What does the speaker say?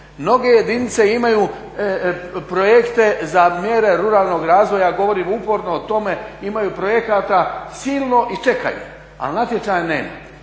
Mnoge jedinice imaju projekte za mjere ruralnog razvoja, govorim uporno o tome, imaju projekata silno i čekanje, ali natječaja nema.